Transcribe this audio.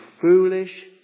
foolish